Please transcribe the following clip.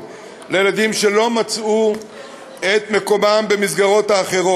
לילדים שלא מצאו את מקומם במסגרת המקומית.